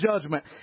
judgment